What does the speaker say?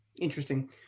Interesting